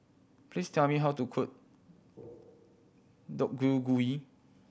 please tell me how to cook Deodeok Gui